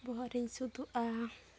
ᱵᱚᱦᱚᱜ ᱨᱤᱧ ᱥᱩᱫᱩᱜᱼᱟ